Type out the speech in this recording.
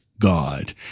God